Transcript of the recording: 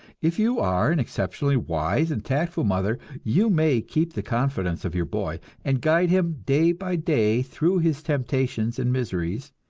if you are an exceptionally wise and tactful mother, you may keep the confidence of your boy, and guide him day by day through his temptations and miseries,